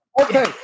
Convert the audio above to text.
Okay